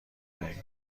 دهی